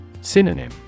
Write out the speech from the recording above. Synonym